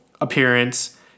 appearance